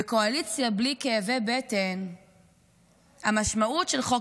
בקואליציה בלי כאבי בטן המשמעות של חוק